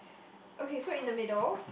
okay so in the middle